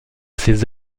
ses